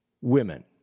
women